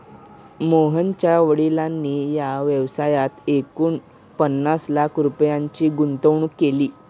मोहनच्या वडिलांनी या व्यवसायात एकूण पन्नास लाख रुपयांची गुंतवणूक केली